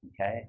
okay